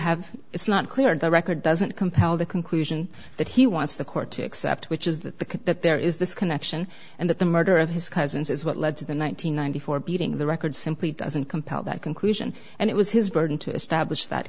have it's not clear the record doesn't compel the conclusion that he wants the court to accept which is the that there is this connection and that the murder of his cousins is what led to the one nine hundred ninety four beating the record simply doesn't compel that conclusion and it was his burden to establish that